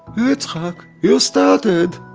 yitzhak you ah started!